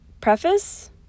Preface